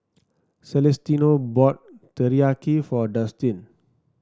Celestino bought Teriyaki for Dustin